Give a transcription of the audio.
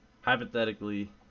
Hypothetically